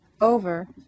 over